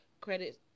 credit